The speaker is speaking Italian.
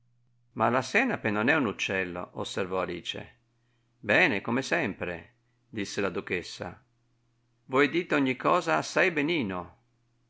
ma la senape non è un uccello osservò alice bene come sempre disse la duchessa voi dite ogni cosa assai benino